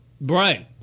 Brian